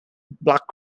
black